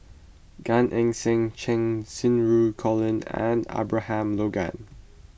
Gan Eng Seng Cheng Xinru Colin and Abraham Logan